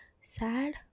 sad